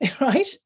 right